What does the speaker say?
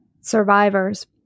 survivors